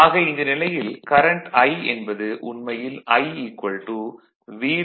ஆக இந்த நிலையில் கரண்ட் I என்பது உண்மையில் I Vr1 jx1xm